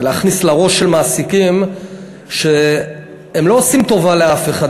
להכניס לראש של מעסיקים שהם לא עושים טובה לאף אחד,